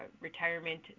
retirement